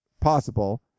possible